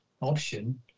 option